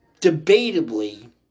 debatably